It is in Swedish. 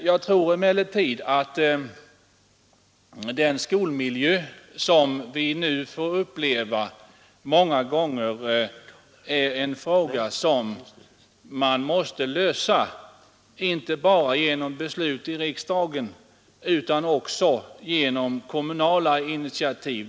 Jag tror emellertid att den skolmiljö som vi nu får uppleva många gånger är en fråga som måste lösas inte bara genom beslut i riksdagen utan också genom kommunala initiativ.